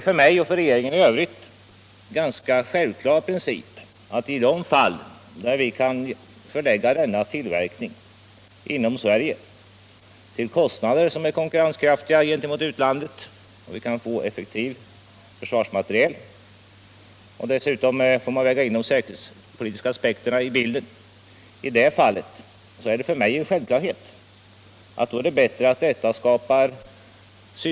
För mig, och för regeringen i övrigt, är det en ganska självklar princip att det är bättre att skapa sysselsättning och trygghet för dem som arbetar inom svenskt näringsliv än att skapa sysselsättning i andra vapenproducerande länder. Detta förutsatt att kostnaderna är konkurrenskraftiga i förhållande till utlandet och att vi kan få effektiv försvarsmateriel.